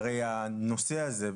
שהרי הנושא הזה,